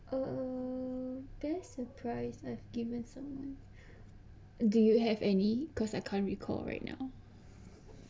um best surprise I've given someone do you have any because I can't recall right now